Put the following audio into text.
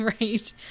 right